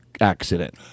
accident